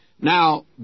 Now